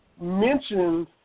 mentioned